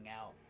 out